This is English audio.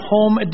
Home